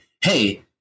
Hey